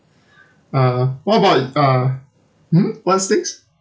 uh what about uh hmm what things